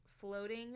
floating